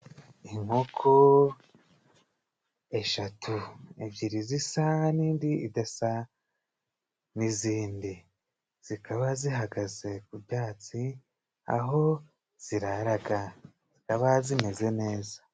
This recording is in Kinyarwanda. Inkoko eshatu ebyiri zisa n'indi idasa n'izindi zikaba zihagaze ku byatsi aho ziraraga ndaba zimeze neza.